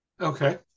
okay